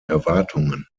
erwartungen